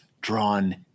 drawn